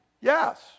Yes